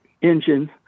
engine